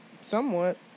Somewhat